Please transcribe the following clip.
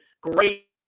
Great